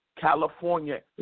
California